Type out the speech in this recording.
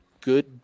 good